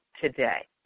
today